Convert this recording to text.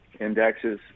indexes